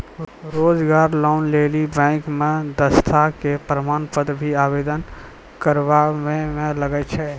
रोजगार लोन लेली बैंक मे दक्षता के प्रमाण पत्र भी आवेदन करबाबै मे लागै छै?